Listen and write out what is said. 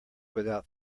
without